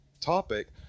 topic